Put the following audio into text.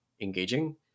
engaging